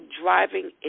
driving